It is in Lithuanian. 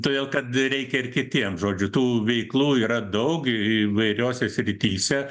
todėl kad reikia ir kitiems žodžiu tų veiklų yra daug įvairiose srityse